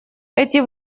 эти